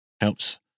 helps